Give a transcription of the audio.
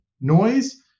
noise